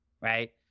right